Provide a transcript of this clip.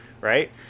Right